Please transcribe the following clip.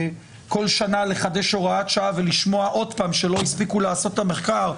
שנה לחדש הוראת שעה ולשמוע עוד פעם שלא הספיקו לעשות את המחקר,